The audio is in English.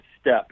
step